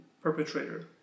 perpetrator